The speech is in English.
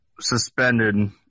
suspended